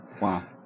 Wow